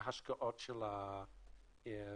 ההשקעות של הקרן,